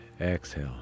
exhale